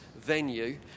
venue